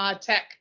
tech